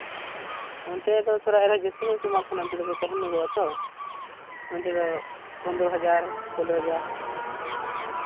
ᱚᱱᱛᱮ ᱫᱚ ᱛᱷᱚᱲᱟ ᱮᱱᱨᱮᱦᱚᱸ ᱡᱟᱹᱥᱛᱤ ᱧᱚᱜ ᱠᱚ ᱮᱢᱟ ᱠᱚ ᱠᱟᱱᱟ ᱚᱱᱛᱮ ᱫᱚᱠᱚ ᱛᱟᱦᱮᱸ ᱧᱚᱜᱚᱜᱼᱟ ᱛᱷᱚ ᱚᱱᱛᱮ ᱫᱚ ᱯᱚᱸᱫᱽᱨᱚ ᱦᱟᱡᱟᱨ ᱥᱳᱞᱳ ᱦᱟᱡᱟᱨ